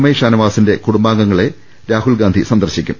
I ഷാനവാസിന്റെ കുടുംബാംഗങ്ങളെ രാഹുൽഗാന്ധി സന്ദർശിക്കും